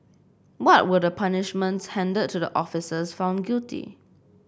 what were the punishments handed to the officers found guilty